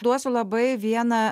duosiu labai vieną